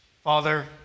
Father